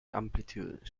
amplitude